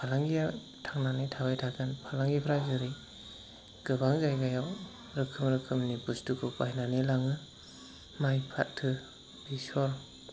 फालांगिया थांनानै थाबाय थागोन फालांगिफ्रा जेरै गोबां जायगायाव रोखोम रोखोमनि बुस्थुखौ बायनानै लाङो माइ फाथो बेसर